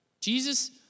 Jesus